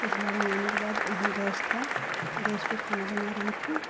ससुराल में आने के बाद वहाँ गैस था गैस पे खाना बना रही थी